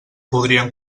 podríem